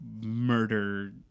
murder